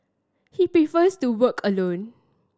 he prefers to work alone